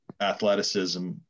athleticism